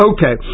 Okay